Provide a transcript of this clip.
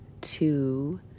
two